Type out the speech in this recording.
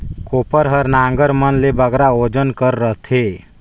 कोपर हर नांगर मन ले बगरा ओजन कर रहथे